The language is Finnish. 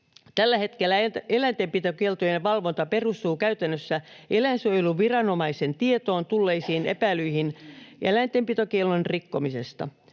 Tällä hetkellä eläintenpitokieltojen valvonta perustuu käytännössä eläinsuojeluviranomaisen tietoon tulleisiin epäilyihin eläintenpitokiellon rikkomisesta.